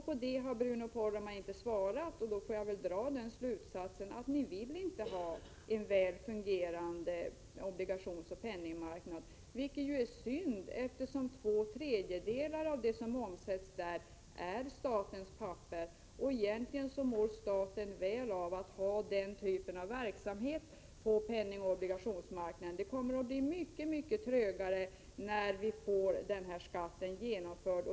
På det har Bruno Poromaa inte svarat, och då får jag väl dra den slutsatsen att ni inte vill ha en väl fungerande penningoch obligationsmarknad — vilket ju är synd, eftersom två tredjedelar av det som omsätts där är statens papper. Egentligen mår staten väl av att ha den typen av verksamhet på penningoch obligationsmarknaden. Det kommer att bli mycket, mycket trögare när skatten genomförs.